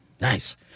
Nice